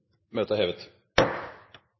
Møtet er hevet.